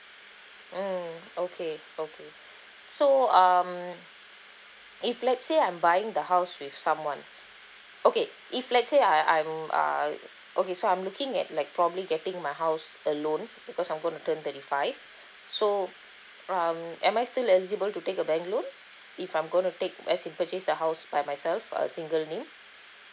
mm okay okay so um if let's say I'm buying the house with someone okay if let's say I I'm uh okay so I'm looking at like probably getting my house alone because I'm gonna turn thirty five so um am I still eligible to take a bank loan if I'm gonna take as in purchase the house by myself a single name